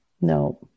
No